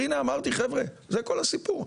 הנה אמרתי, חבר'ה, זה כל הסיפור.